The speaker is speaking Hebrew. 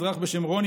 אזרח בשם רוני,